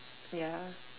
ya